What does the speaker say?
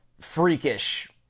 freakish